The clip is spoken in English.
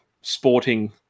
sporting